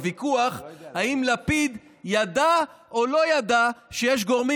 הוויכוח אם לפיד ידע או לא ידע שיש גורמים